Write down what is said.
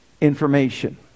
Information